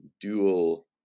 dual